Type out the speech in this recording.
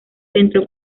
centro